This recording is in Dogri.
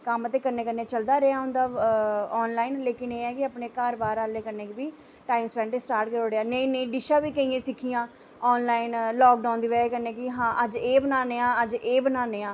कम्म ते कन्नै कन्नै चलदा रेहा उं'दा आनलाइन लेकिन एह् ऐ कि अपने घार बाह्र आह्लें कन्नै बी टाइम स्पैंड स्टार्ट करी ओड़ेआ नेही नेही डिशां बी केईं सिक्खियां आनलाइन लाकडोउन दी बजह कन्नै कि हां अज्ज एह् बनान्ने आं अज्ज एह् बनान्ने आं